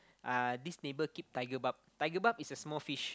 uh this neighbour keep tiger barb tiger barb is a small fish